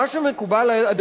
מה שמקובל עד היום,